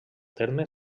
terme